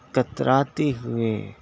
کتراتے ہوئے